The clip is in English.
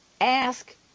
ask